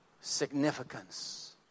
significance